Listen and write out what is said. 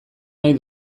nahi